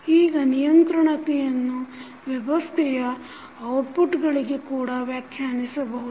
ಈಗ ನಿಯಂತ್ರಣತೆಯನ್ನು ವ್ಯವಸ್ಥೆಯ ಔಟ್ಪುಟ್ಗಳಿಗೆ ಕೂಡ ವ್ಯಾಖ್ಯಾನಿಸಬಹುದು